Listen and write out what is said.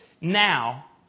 now